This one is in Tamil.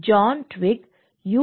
ஜான் ட்விக் யு